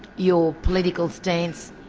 your political stance,